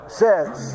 says